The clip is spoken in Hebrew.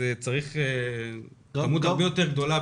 צריך מספר מפקחים הרבה יותר גדול.